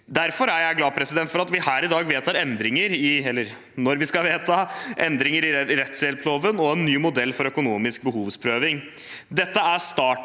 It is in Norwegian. Derfor er jeg glad for at vi her skal vedta endringer i rettshjelpsloven og en ny modell for økonomisk behovsprøving. Dette er starten